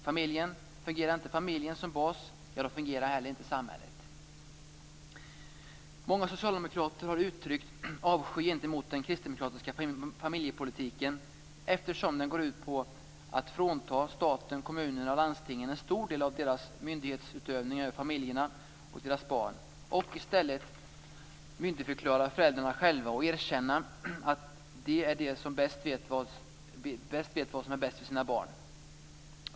Fungerar inte familjen som bas, ja, då fungerar inte heller samhället. Många socialdemokrater har uttryckt avsky gentemot den kristdemokratiska familjepolitiken eftersom den går ut på att frånta staten, kommunerna och landstingen en stor del av deras myndighetsutövning över familjerna och deras barn, och i stället myndigförklara föräldrarna själva och erkänna att de är de som vet vad som är bäst för sina barn.